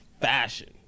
fashion